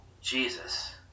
Jesus